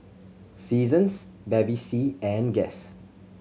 Seasons Bevy C and Guess